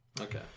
Okay